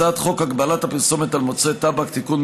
הצעת חוק הגבלת הפרסומת על מוצרי טבק (תיקון,